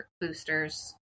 boosters